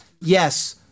Yes